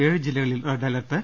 ഏഴു ജില്ലകളിൽ red alert